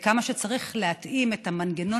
ועד כמה צריך להתאים את המנגנון